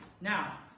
Now